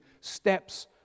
steps